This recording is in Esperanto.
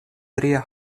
tria